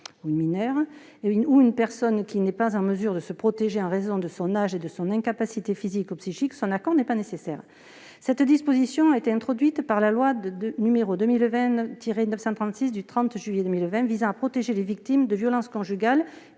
ou une personne qui n'est pas en mesure de se protéger en raison de son âge ou de son incapacité physique ou psychique, son accord n'est pas nécessaire [...].» Cette disposition, introduite par la loi n° 2020-936 du 30 juillet 2020 visant à protéger les victimes de violences conjugales,